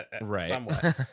Right